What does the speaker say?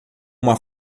uma